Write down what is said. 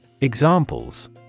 Examples